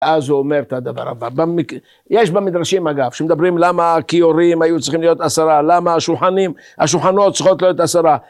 אז הוא אומר את הדבר הבא, יש במדרשים אגב שמדברים למה הכיורים היו צריכים להיות עשרה, למה השולחנות צריכות להיות עשרה